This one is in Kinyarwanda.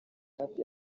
hafi